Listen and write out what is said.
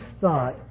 thought